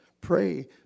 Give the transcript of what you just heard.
pray